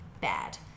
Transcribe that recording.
bad